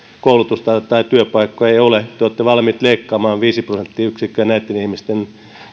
koulutusta tai työpaikkoja ei ole te olette valmiit leikkaamaan viisi prosenttiyksikköä näitten ihmisten